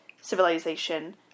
civilization